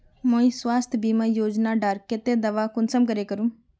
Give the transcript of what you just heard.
मुई स्वास्थ्य बीमा योजना डार केते दावा कुंसम करे करूम?